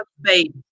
Baby